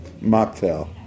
Mocktail